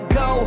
go